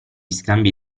scambi